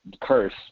Curse